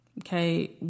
Okay